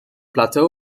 plateau